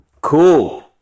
Cool